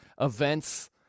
events